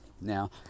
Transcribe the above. Now